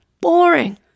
Boring